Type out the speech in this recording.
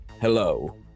hello